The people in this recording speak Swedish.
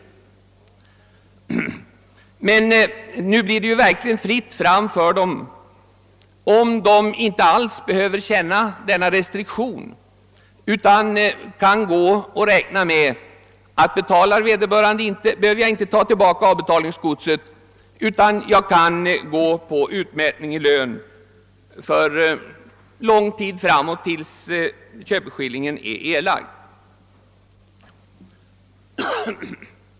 Efter detta blir det verkligen fritt fram för sådana genom att de inte alls behöver riskera något sådant. De kan räkna med att de inte behöver återta avbetalningsgodset, om köparen inte betalar. De kan gå till utmätning i lön un der lång tid ända tills köpeskillingen är erlagd.